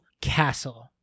castle